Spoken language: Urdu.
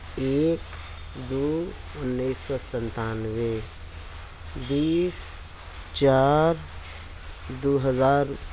ایک دو انیس سو سنتانوے بیس چار دو ہزار